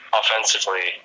offensively